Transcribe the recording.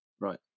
Right